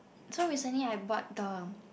so recently I bought the